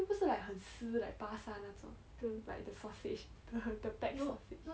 又不是 like 很湿 like 巴刹那种 like the sausage the back sausage